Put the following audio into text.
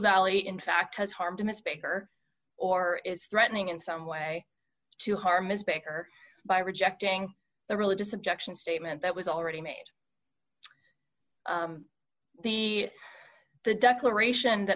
valley in fact has harmed miss baker or is threatening in some way to harm miss baker by rejecting the religious objection statement that was already made the the declaration that